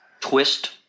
twist